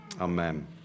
Amen